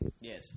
Yes